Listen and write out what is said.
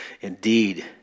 Indeed